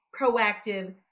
proactive